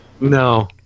No